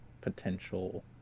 potential